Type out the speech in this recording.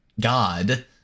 God